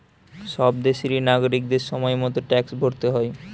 সব দেশেরই নাগরিকদের সময় মতো ট্যাক্স ভরতে হয়